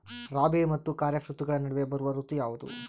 ರಾಬಿ ಮತ್ತು ಖಾರೇಫ್ ಋತುಗಳ ನಡುವೆ ಬರುವ ಋತು ಯಾವುದು?